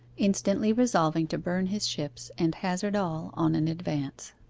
instantly resolving to burn his ships and hazard all on an advance.